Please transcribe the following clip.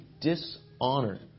dishonor